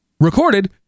Recorded